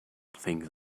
things